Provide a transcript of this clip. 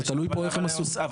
זה תלוי פה איך הם עשו --- אבל,